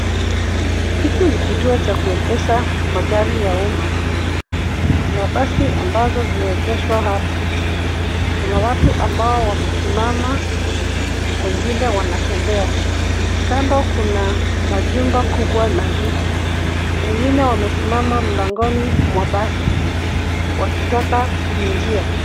Hiki ni kituo cha kuegesha magari ya umma. Kuna basi ambazo zimeegeshwa hapa. Kuna watu ambao wamesimama, wengine wanatembea. Kando kuna majumba kubwa na miti. Wengine wamesimama mlangoni mwa basi wakitaka kuingia.